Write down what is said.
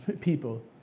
people